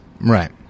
right